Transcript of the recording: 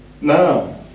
no